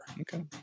Okay